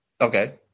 Okay